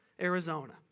Arizona